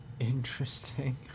Interesting